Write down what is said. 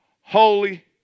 holy